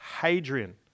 Hadrian